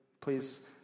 Please